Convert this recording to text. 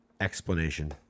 explanation